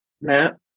Matt